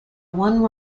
one